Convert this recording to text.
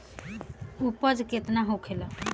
उपज केतना होखे?